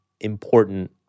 important